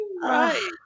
Right